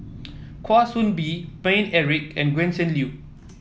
Kwa Soon Bee Paine Eric and Gretchen Liu